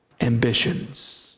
ambitions